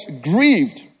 grieved